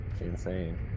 insane